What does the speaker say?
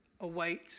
await